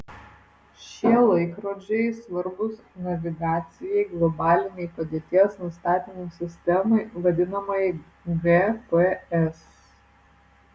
šie laikrodžiai svarbūs navigacijai globalinei padėties nustatymo sistemai vadinamajai gps